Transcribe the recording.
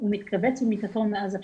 הוא מתכווץ מאז הפשיטה".